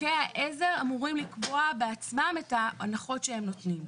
חוקי העזר אמורים לקבוע בעצמם את ההנחות שהם נותנים.